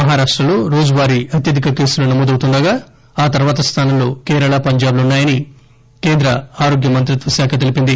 మహారాష్టలో రోజువారీ అత్యధిక కేసులు నమోదవుతుండగా ఆ తర్వాత స్థానంలో కేరళ పంజాట్ లు ఉన్నా యని కేంద్ర ఆరోగ్య మంత్రిత్వశాఖ తెలిపింది